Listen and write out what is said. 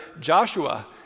Joshua